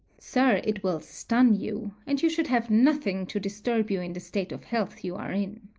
sir, it will stun you and you should have nothing to disturb you in the state of health you are in.